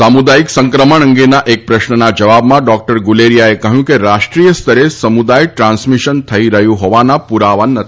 સામુદાયિક સંક્રમણ અંગેના એક પ્રશ્નના જવાબમાં ડોક્ટર ગુલેરિયાએ કહ્યું કે રાષ્ટ્રીય સ્તરે સમુદાય ટ્રાન્સમિશન થઈ રહ્યું હોવાના પુરાવા નથી